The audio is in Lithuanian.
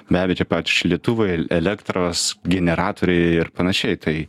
be abejo tie patys šildytuvai el elektros generatoriai ir panašiai tai